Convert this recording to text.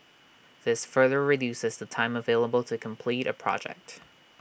this further reduces the time available to complete A project